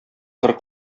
кыр